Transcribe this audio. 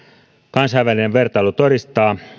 kansainvälinen vertailu todistaa